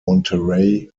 monterey